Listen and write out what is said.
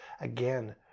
Again